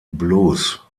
blues